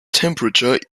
temperature